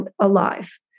alive